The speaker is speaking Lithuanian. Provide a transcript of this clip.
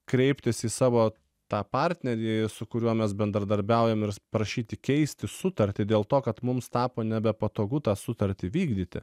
kreiptis į savo tą partnerį su kuriuo mes bendradarbiaujam ir prašyti keisti sutartį dėl to kad mums tapo nebepatogu tą sutartį vykdyti